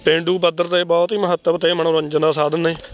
ਪੇਂਡੂ ਪੱਧਰ 'ਤੇ ਬਹੁਤ ਹੀ ਮਹੱਤਵ ਅਤੇ ਮਨੋਰੰਜਨ ਦਾ ਸਾਧਨ ਨੇ